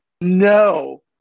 no